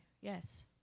Yes